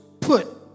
put